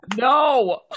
No